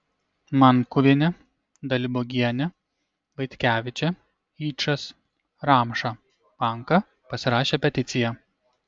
mankuvienė dalibogienė vaitkevičė yčas ramša panka pasirašė peticiją